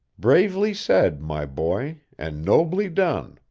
bravely said, my boy, and nobly done!